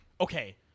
okay